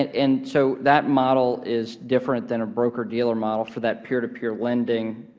and so that model is different than a broker dealer model for that peertopeer lending